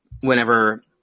whenever